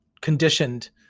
conditioned